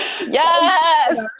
Yes